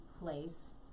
place